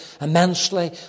immensely